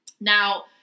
Now